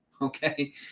okay